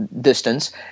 distance